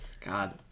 God